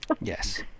Yes